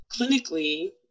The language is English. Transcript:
clinically